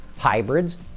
Hybrids